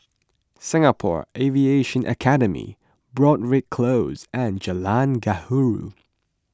Singapore Aviation Academy Broadrick Close and Jalan Gaharu